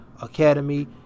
academy